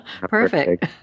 Perfect